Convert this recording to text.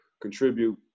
contribute